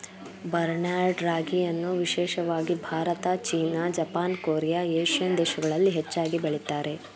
barnyard ರಾಗಿಯನ್ನು ವಿಶೇಷವಾಗಿ Bharat, China, Japan, Korea, Asian ದೇಶಗಳಲ್ಲಿ ಹೆಚ್ಚಾಗಿ ಬೆಳಿತಾರೆ